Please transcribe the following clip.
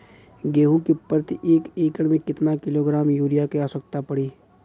गेहूँ के प्रति एक एकड़ में कितना किलोग्राम युरिया क आवश्यकता पड़ी?